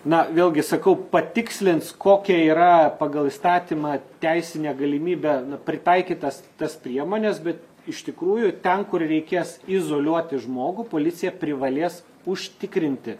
na vėlgi sakau patikslins kokia yra pagal įstatymą teisinė galimybė na pritaikyt tas tas priemones bet iš tikrųjų ten kur reikės izoliuoti žmogų policija privalės užtikrinti